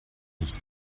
nicht